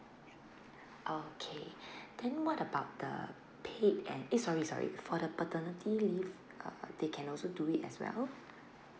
okay then what about the paid and eh sorry sorry for the paternity leave uh they can also do it as well